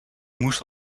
moest